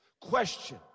Question